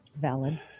Valid